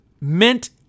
meant